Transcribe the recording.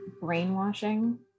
brainwashing